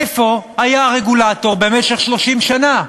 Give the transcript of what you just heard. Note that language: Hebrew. איפה היה הרגולטור במשך 30 שנה?